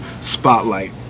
spotlight